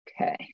Okay